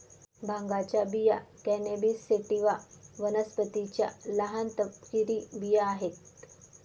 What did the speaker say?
भांगाच्या बिया cannabis sativa वनस्पतीच्या लहान, तपकिरी बिया आहेत